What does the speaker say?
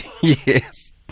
Yes